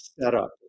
setup